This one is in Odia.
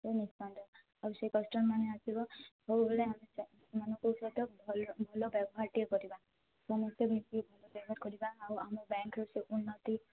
ଏମିତି ଥାନ୍ତା ଆଉ ସେ କଷ୍ଟମର୍ମାନେ ଆସିବ ସବୁବେଳେ ଆମେ ସେମାନଙ୍କ ସହିତ ଭଲ ଭଲ ବ୍ୟବହାର ଟିକେ କରିବା ସମସ୍ତେ ମିଶି ଭଲ ବ୍ୟବହାର କରିବା ଆଉ ଆମ ବ୍ୟାଙ୍କ୍ ର ସବୁ ଉନ୍ନତି